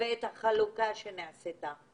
ואת החלוקה שנעשתה